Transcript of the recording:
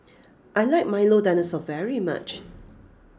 I like Milo Dinosaur very much